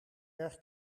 erg